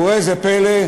וראה זה פלא,